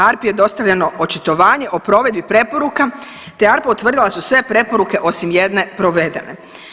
ARPA-i je dostavljeno očitovanje o provedbi preporuka te je ARPA utvrdila da su sve preporuke osim jedne, provedene.